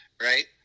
right